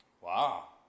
Wow